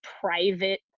private